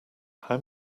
how